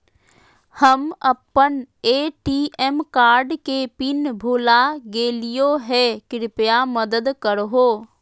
हम अप्पन ATM card के पिन भुला गेलिओ हे कृपया मदद कर हो